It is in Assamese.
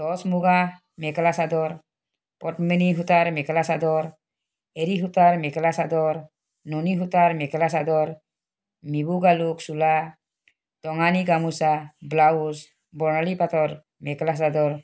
টচ মূগা মেখেলা চাদৰ পদ্মিনী সূতাৰ মেখেলা চাদৰ এড়ী সূতাৰ মেখেলা চাদৰ নুনী সূতাৰ মেখেলা চাদৰ মিবু গালুক চোলা টঙালী গামোচা ব্লাউজ বৰ্ণালী পাটৰ মেখেলা চাদৰ